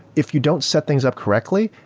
if you don't set things up correctly,